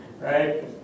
right